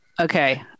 Okay